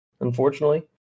unfortunately